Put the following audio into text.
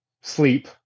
sleep